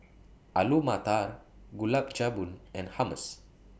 Alu Matar Gulab Jamun and Hummus